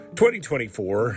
2024